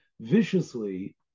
viciously